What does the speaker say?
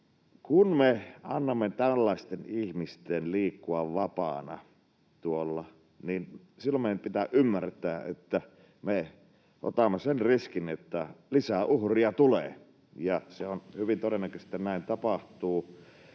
Kun me annamme tällaisten ihmisten liikkua vapaana tuolla, niin silloin meidän pitää ymmärtää, että me otamme sen riskin, että tulee lisää uhreja, ja se on hyvin todennäköistä, että näin tapahtuu.